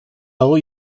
hoy